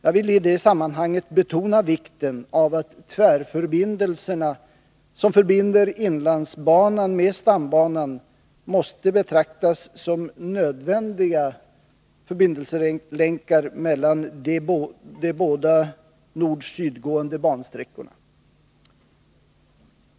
Jag vill i det sammanhanget betona vikten av att tvärförbindelserna, som förbinder inlandsbanan med stambanan, måste betraktas som nödvändiga förbindelselänkar mellan de båda nord-sydgående bansträckorna.